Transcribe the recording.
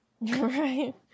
Right